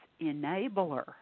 enabler